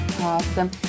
Awesome